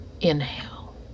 inhale